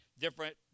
different